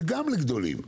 וגם לגדולים.